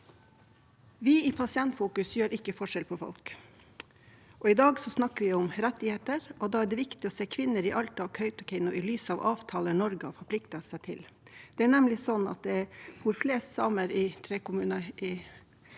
Vi i Pasientfokus gjør ikke forskjell på folk. I dag snakker vi om rettigheter, og da er det viktig å se kvinner i Alta og Kautokeino i lys av avtaler Norge har forpliktet seg til. Det er nemlig i tre kommuner